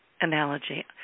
analogy